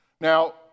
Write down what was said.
Now